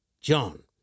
John